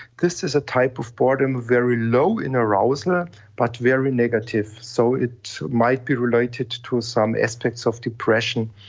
this is a type of boredom very low in arousal, but very negative. so it might be related to some aspects of depression.